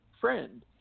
friend